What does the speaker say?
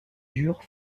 dure